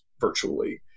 virtually